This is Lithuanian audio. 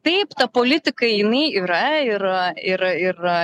taip ta politika jinai yra ir ir ir